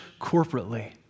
corporately